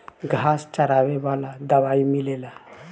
घास जरावे वाला दवाई मिलेला